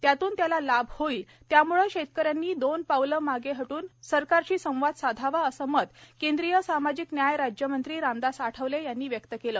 त्यातून त्याला लाभ होईल त्यामुळे शेतकऱ्यांनी दोन पाऊल मागे हट्रन सरकारशी संवाद साधावा असे मत केंद्रीय सामाजिक न्याय राज्यमंत्री रामदास आठवले यांनी व्यक्त केले